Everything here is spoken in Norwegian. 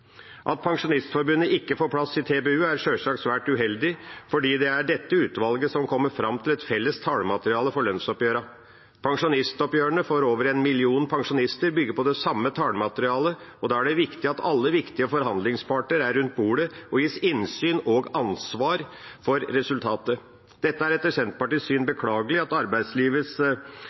At Pensjonistforbundet ikke får plass i TBU, er sjølsagt svært uheldig, for det er dette utvalget som kommer fram til et felles tallmateriale for lønnsoppgjørene. Pensjonistoppgjørene for over en million pensjonister bygger på det samme tallmaterialet, og da er det viktig at alle viktige forhandlingsparter er rundt bordet og gis innsyn og ansvar for resultatet. Det er etter Senterpartiets syn beklagelig at arbeidslivets